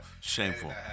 Shameful